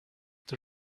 the